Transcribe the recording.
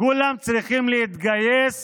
כולם צריכים להתגייס